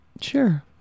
Sure